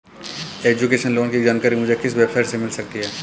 Education loan की जानकारी मुझे किस वेबसाइट से मिल सकती है?